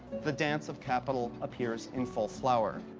the dance of capital appears in full flower.